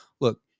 look